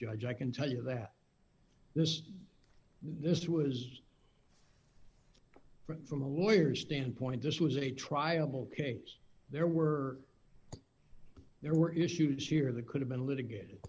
judge i can tell you that this this was from a lawyer standpoint this was a trial case there were there were issues here that could have been li